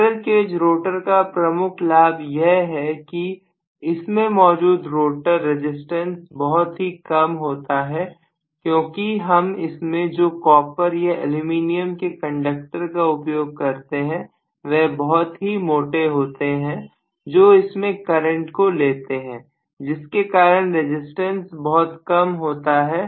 squirrel cage rotor का प्रमुख लाभ यह है कि इसमें मौजूद रोटर रेजिस्टेंस बहुत ही कम होता है क्योंकि हम इसमें जो कॉपर या एल्युमीनियम के कंडक्टर का उपयोग करते हैं वह बहुत ही मोटे होते हैं जो इसके करंट को लेते हैं जिसके कारण रजिस्टेंस बहुत कम होता है